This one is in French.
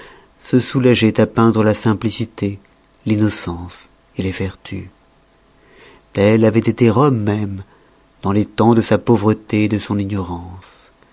voluptueux se soulageoit à peindre la simplicité l'innocence les vertus telle avoit été rome même dans les tems de sa pauvreté de son ignorance